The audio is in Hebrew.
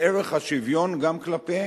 בערך השוויון גם כלפיהם.